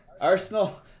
Arsenal